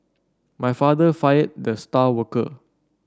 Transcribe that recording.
my father fired the star worker